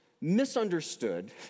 misunderstood